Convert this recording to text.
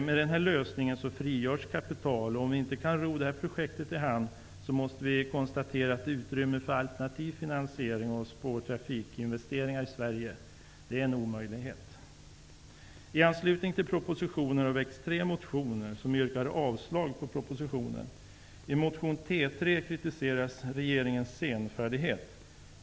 Med den här lösningen frigörs kapital, och om vi inte kan ro det här projektet i hamn måste vi konstatera att alternativ finansiering av spårtrafikinvesteringar i Sverige är en omöjlighet. I anslutning till propositionen har det väckts tre motioner där motionärerna yrkar avslag på propositionen. I motion T3 kritiseras regeringens senfärdighet.